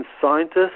scientists